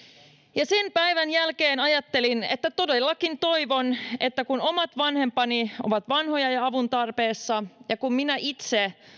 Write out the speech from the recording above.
ja sen päivän jälkeen ajattelin että todellakin toivon että kun omat vanhempani ovat vanhoja ja avun tarpeessa ja kun minä itse